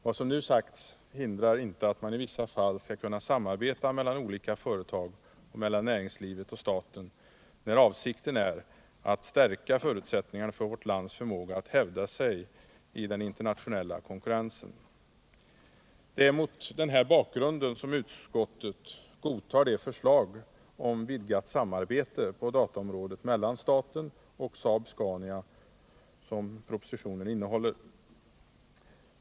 Vad som nu sagts hindrar inte att man i vissa fall skall kunna samarbeta mellan olika företag och mellan näringslivet och staten, när avsikten är att stärka förutsättningarna för vårt lands förmåga att hävda sig i den internationella konkurrensen. Det är mot den bakgrunden som utskottet godtar de förslag om vidgat samarbete på dataområdet mellan staten och Saab-Scania som propositionen innehåller.